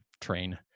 train